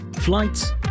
flights